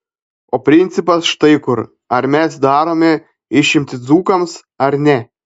o principas štai kur ar mes darome išimtį dzūkams ar ne